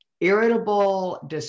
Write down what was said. irritable